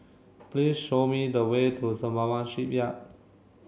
please show me the way to Sembawang Shipyard